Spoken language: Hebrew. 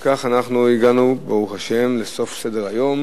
אם כך, אנחנו הגענו, ברוך השם, לסוף סדר-היום.